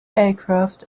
aircraft